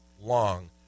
Long